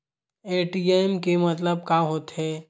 ATM के मतलब का होथे?